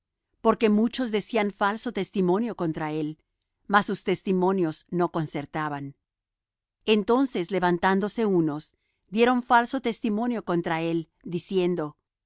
porque muchos decían falso testimonio contra él mas sus testimonios no concertaban entonces levantandose unos dieron falso testimonio contra él diciendo